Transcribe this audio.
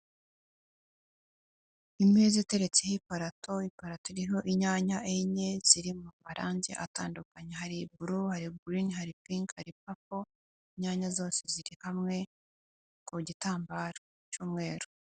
Imeza iteretseho iparato, iparato iriho inyanya enye ziri mu marangi atandukanye, hari bulu girini hari pinki hari papo inyanya zose ziri hamwe ku gitambaro cy'umweru